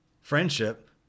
friendship